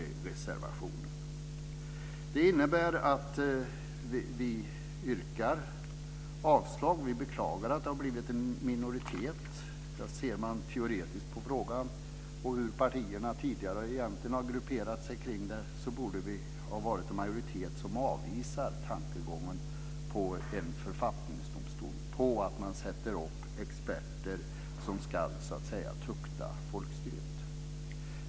Detta innebär att vi yrkar avslag. Vi beklagar att det har blivit en minoritet. Ser man teoretiskt på frågan och hur partierna tidigare har grupperat sig kring frågan, borde det ha varit en majoritet som avvisar tankegången på en författningsdomstol, på att experter ska tukta folkstyret.